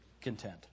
Content